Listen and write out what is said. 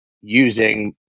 using